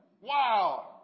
Wow